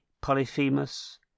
Polyphemus